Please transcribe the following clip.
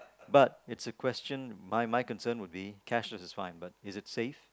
but it's a question my my concern would be cashless is fine but is it safe